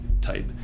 type